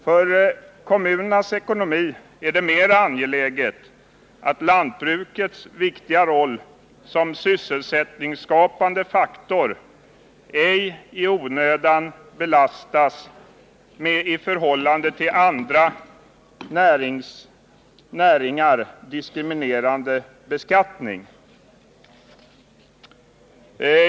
För kommunernas ekonomi är det mera angeläget att lantbrukets viktiga roll som sysselsättningsskapande faktor ej i onödan belastas med i förhållande till andra näringar diskriminerande beskattning.